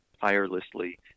tirelessly